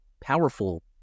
powerful